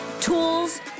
tools